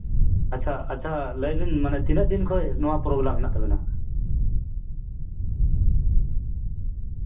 ᱟᱪᱪᱷᱟ ᱟᱪᱪᱷᱟ ᱞᱟᱹᱭ ᱵᱤᱱ ᱢᱟᱱᱮ ᱛᱤᱱᱟᱹᱜ ᱠᱷᱚᱡ ᱱᱚᱣᱟ ᱯᱞᱳᱵᱞᱮᱢ ᱢᱮᱱᱟᱜ ᱛᱟᱵᱮᱱᱟ